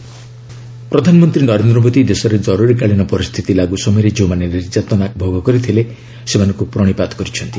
PM emergency ପ୍ରଧାନମନ୍ତ୍ରୀ ନରେନ୍ଦ୍ର ମୋଦୀ ଦେଶରେ ଜରୁରୀକାଳୀନ ପରିସ୍ଥିତି ଲାଗୁ ସମୟରେ ଯେଉଁମାନେ ନିର୍ଯାତନା ଭୋଗ କରିଥିଲେ ସେମାନଙ୍କୁ ପ୍ରଣିପାତ କରିଛନ୍ତି